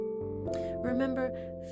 Remember